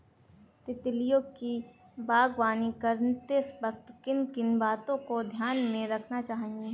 तितलियों की बागवानी करते वक्त किन किन बातों को ध्यान में रखना चाहिए?